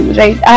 right